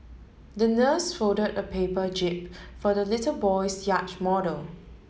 the nurse folded a paper jib for the little boy's yacht model